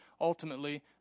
ultimately